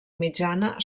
mitjana